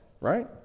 right